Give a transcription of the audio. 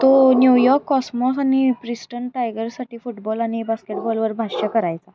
तो New York Cosmos आणि Princeton टायगरसाठी फुटबॉल आणि बास्केटबॉलवर भाष्य करायचा